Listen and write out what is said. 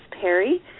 Perry